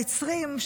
המצרים,